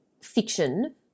fiction